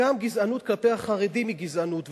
גם גזענות כלפי החרדים היא גזענות,